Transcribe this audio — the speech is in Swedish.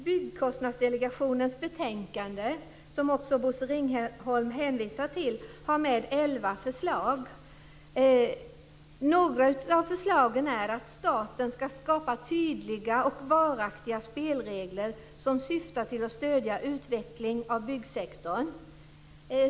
Byggkostnadsdelegationens betänkande, som också Bosse Ringholm hänvisar till, innehåller elva förslag. Några av dessa förslag går ut på att staten ska skapa tydliga och varaktiga spelregler som syftar till att stödja utveckling av byggsektorn.